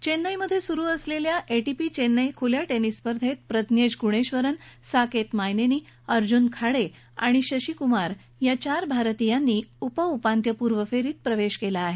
चेन्नईमध्ये सुरू असलेल्या एटीपी चेन्नई खुल्या टेनिस स्पर्धेत प्रज्ञेश गुणेश्वरन साकेत मायनेनी अर्जुन खाडे आणि शशी कुमार या चार भारतीयांनी उपउपांत्यपूर्व फेरीत प्रवेश केला आहे